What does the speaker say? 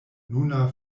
nuna